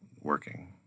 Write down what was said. working